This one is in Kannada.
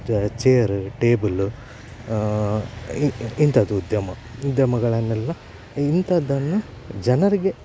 ಮತ್ತೆ ಚೇರ್ ಟೇಬಲ್ ಇಂತದ್ದು ಉದ್ಯಮ ಉದ್ಯಮಗಳನ್ನೆಲ್ಲ ಇಂಥದ್ದನ್ನು ಜನರಿಗೆ